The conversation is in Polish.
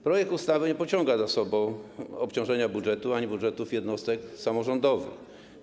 Projekt ustawy nie pociąga za sobą obciążenia budżetu ani budżetów jednostek samorządowych.